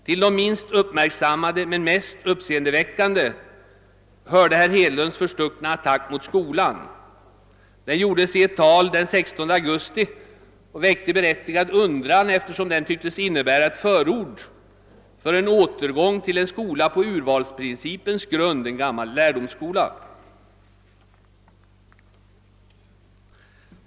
Till de minst uppmärksammade men mest uppseendeväckande hörde herr Hedlunds förstuckna attack mot skolan. Den gjordes i ett tal den 16 augusti och väckte berättigad undran eftersom den tycktes innebära ett förord för en återgång till en skola på urvalsprincipens grund, en gammal lärdomsskola.